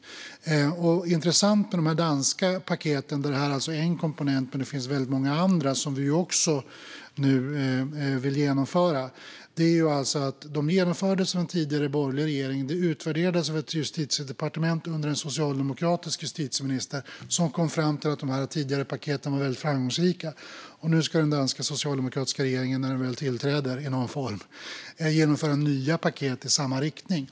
Det här är en komponent i de danska paketen, men det finns många andra som vi också vill genomföra. Dessa paket genomfördes av en tidigare borgerlig regering och utvärderades av ett justitiedepartement under en socialdemokratisk justitieminister, som kom fram till att de tidigare paketen varit framgångsrika. Nu ska den danska socialdemokratiska regeringen, när den väl tillträder, genomföra nya paket i samma riktning.